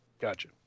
Gotcha